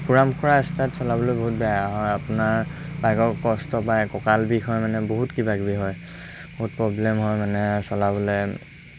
ওখোৰা মোখোৰা ৰাস্তাত চলাবলৈ বহুত বেয়া হয় আপোনাৰ বাইকৰ কষ্ট পায় কঁকাল বিষ হয় মানে বহুত কিবাকিবি হয় বহুত প্ৰব্লেম হয় মানে আৰু চলাবলৈ